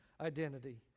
identity